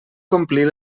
complir